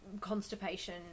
constipation